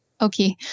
Okay